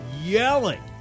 yelling